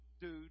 dude